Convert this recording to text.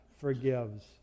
forgives